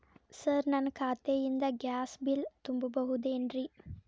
Sir ನನ್ನ ಖಾತೆಯಿಂದ gas bill ತುಂಬಹುದೇನ್ರಿ?